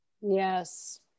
Yes